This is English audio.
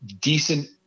decent